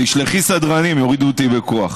תשלחי סדרנים, יורידו אותי בכוח.